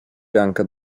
pianka